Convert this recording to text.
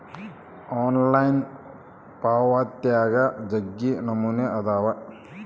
online ಪಾವಾತ್ಯಾಗ ಜಗ್ಗಿ ನಮೂನೆ ಅದಾವ